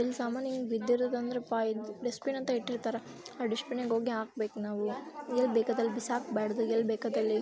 ಇಲ್ಲಿ ಸಾಮಾನ್ಯವಾಗಿ ಬಿದ್ದಿರೋದಂದ್ರಪ್ಪ ಇದು ಡಸ್ಟ್ಬಿನ್ ಅಂತ ಇಟ್ಟಿರ್ತಾರೆ ಆ ಡಸ್ಟ್ಬಿನ್ನಿಗೋಗಿ ಹಾಕ್ಬೇಕ್ ನಾವು ಎಲ್ಲಿ ಬೇಕಾದಲ್ಲಿ ಬಿಸಾಕ್ಬಾರ್ದು ಎಲ್ಲಿ ಬೇಕಾದಲ್ಲಿ